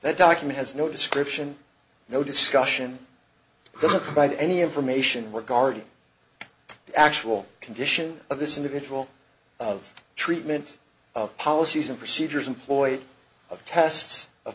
that document has no description no discussion good but any information regarding the actual condition of this individual of treatment of policies and procedures employed of tests of